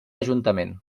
ajuntament